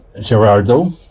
Gerardo